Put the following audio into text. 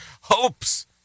hopes